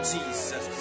Jesus